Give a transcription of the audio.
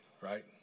right